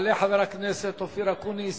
יעלה חבר הכנסת אופיר אקוניס,